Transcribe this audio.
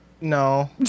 No